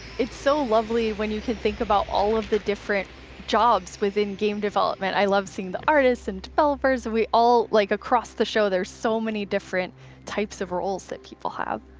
it's so lovely when you can think about all of the different jobs within game development. i love seeing the artists and developers, and we all, like across the show, there's so many different types of roles that people have.